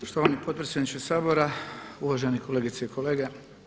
Poštovani potpredsjedniče Sabora, uvaženi kolegice i kolege.